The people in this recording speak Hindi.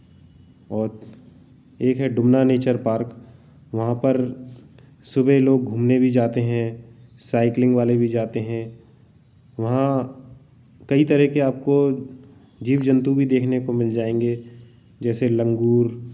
और एक है डुमना नेचर पार्क वहाँ पर सुबह लोग घूमने भी जाते हैं साइकलिंग वाले भी जाते हैं वहाँ कई तरह के आपको जीव जन्तु भी देखने को मिल जाएँगे जैसे लंगूर